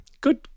good